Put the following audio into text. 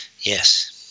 Yes